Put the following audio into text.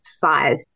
five